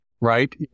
right